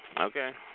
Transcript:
Okay